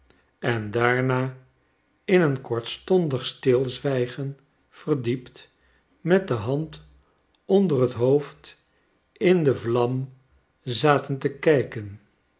en daarna in een kortstondig stilzwijgen verdiept met de hand onder t hoofd in de vlam zaten te kijken